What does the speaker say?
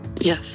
Yes